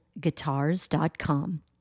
guitars.com